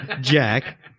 jack